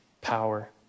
power